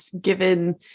given